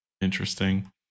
interesting